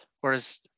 whereas